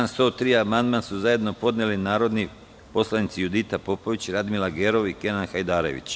Na član 103. amandman su zajedno podneli narodni poslanici Judita Popović, Radmila Gerov i Kenan Hajdarević.